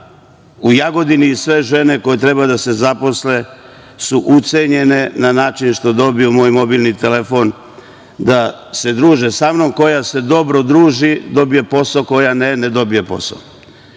u Jagodini sve žene koje treba da se zaposle su ucenjene na način što dobiju moj mobilni telefon da se druže sa mnom, koja se dobro druži dobija posao, koja ne, ne dobija posao.